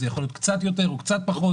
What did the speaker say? זה יכול להיות קצת יותר או קצת פחות.